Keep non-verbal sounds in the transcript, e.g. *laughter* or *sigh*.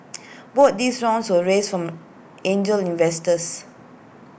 *noise* both these rounds were raised from angel investors